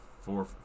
four